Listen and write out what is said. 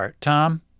Tom